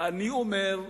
אני אומר,